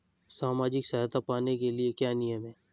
सामाजिक सहायता पाने के लिए क्या नियम हैं?